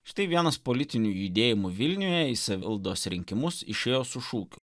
štai vienas politinių judėjimų vilniuje į savildos rinkimus išėjo su šūkiu